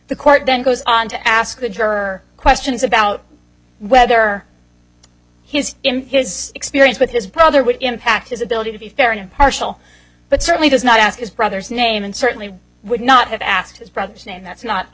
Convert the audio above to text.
the court then goes on to ask the driver questions about whether his in his experience with his brother would impact his ability to be fair and impartial but certainly does not ask his brother's name and certainly would not have asked his brother's name that's not a